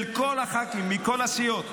של כל הח"כים מכל הסיעות.